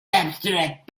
abstract